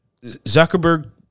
Zuckerberg